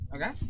Okay